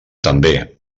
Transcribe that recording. també